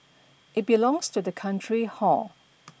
it belongs to the country hor